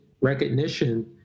recognition